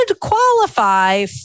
qualify